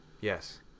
Yes